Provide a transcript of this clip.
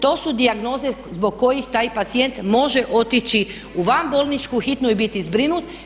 To su dijagnoze zbog kojih taj pacijent može otići u van bolničku hitnu i biti zbrinut.